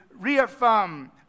reaffirm